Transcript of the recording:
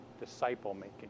disciple-making